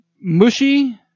mushy